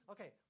Okay